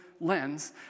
lens